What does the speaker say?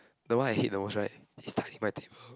the one I hate the most right is tidying my table